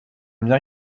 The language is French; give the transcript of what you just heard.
bien